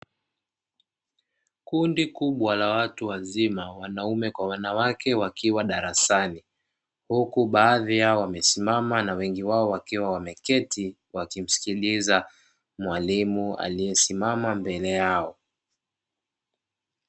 Kundi kubwa la watu wazima wanaume kwa wanawake wakiwa darasani, huku baadhi yao wamesimama na wengi wao wakiwa wameketi wanamsikiliza mwalimu aliyesimama mbele yao.